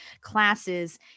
classes